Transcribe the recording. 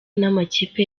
n’amakipe